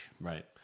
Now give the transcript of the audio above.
Right